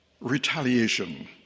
retaliation